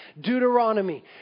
Deuteronomy